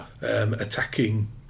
attacking